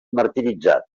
martiritzat